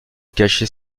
cacher